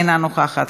אינה נוכחת,